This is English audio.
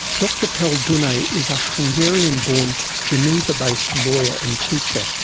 dr pal dunay is a hungarian-born geneva-based lawyer and teacher,